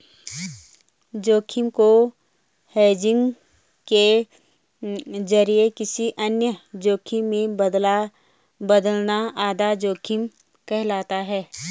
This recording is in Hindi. जोखिम को हेजिंग के जरिए किसी अन्य जोखिम में बदलना आधा जोखिम कहलाता है